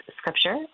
Scripture